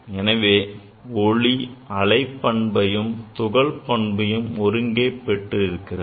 எனவே ஒளி அலை பண்பையும் மற்றும் துகள் பண்பையும் ஒருங்கே பெற்றிருக்கிறது